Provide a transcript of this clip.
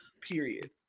period